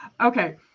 Okay